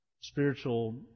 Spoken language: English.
spiritual